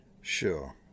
Sure